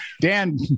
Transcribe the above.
Dan